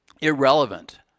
Irrelevant